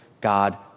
God